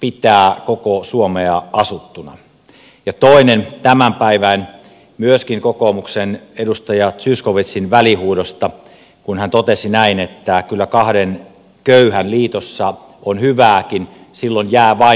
pitää koko suomea asuttuna ja toinen myöskin kokoomuksesta edustaja zyskowiczin tämän päivän välihuudosta kun hän totesi näin että kyllä kahden köyhän liitossa on hyvääkin silloin jää vain yksi köyhä